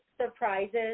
surprises